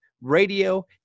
radio